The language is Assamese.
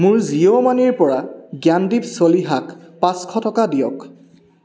মোৰ জিঅ' মানিৰ পৰা জ্ঞানদীপ চলিহাক পাঁচশ টকা দিয়ক